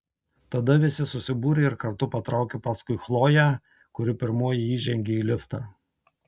tada visi susibūrė ir kartu patraukė paskui chloję kuri pirmoji įžengė į liftą